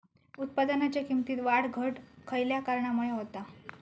उत्पादनाच्या किमतीत वाढ घट खयल्या कारणामुळे होता?